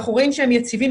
כשאנחנו רואים שהם יציבים,